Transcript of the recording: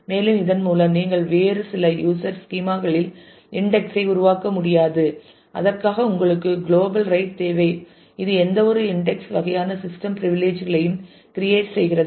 மேலும் இதன் மூலம் நீங்கள் வேறு சில யூசர் ஸ்கீமா களில் இன்டெக்ஸ் ஐ உருவாக்க முடியாது அதற்காக உங்களுக்கு குளோபல் ரைட் தேவை இது எந்தவொரு இன்டெக்ஸ் வகையான சிஸ்டம் பிரிவிலிஜ் களையும் கிரியேட் செய்கிறது